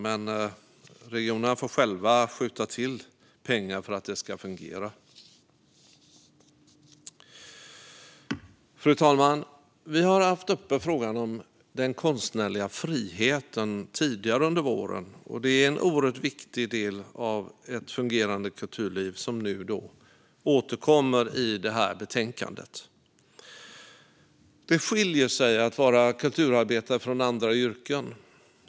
Men regionerna får själva skjuta till pengar för att det ska fungera. Fru talman! Vi har tidigare under våren haft uppe frågan om den konstnärliga friheten. Det är en oerhört viktig del av ett fungerande kulturliv, som nu återkommer i det här betänkandet. Det skiljer sig från andra yrken att vara kulturarbetare.